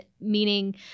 meaning